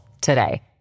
today